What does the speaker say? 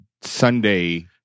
Sunday